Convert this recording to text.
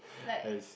like